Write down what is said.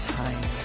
time